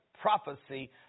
prophecy